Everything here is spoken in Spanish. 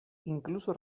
incluso